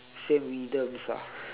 same rhythms ah